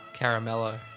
Caramello